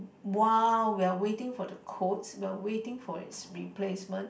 !wow! we are waiting for the codes we are waiting for its replacement